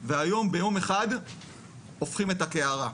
והיום, ביום אחד הופכים את הקערה.